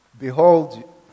behold